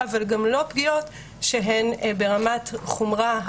אבל גם לא פגיעות שהן ברמת חומרה הגבוהה ביותר.